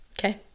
Okay